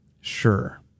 Sure